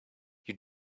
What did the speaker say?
you